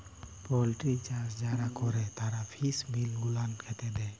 poultry চাষ যারা ক্যরে তারা ফিস মিল গুলান খ্যাতে দেই